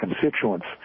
constituents